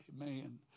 Amen